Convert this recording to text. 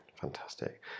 fantastic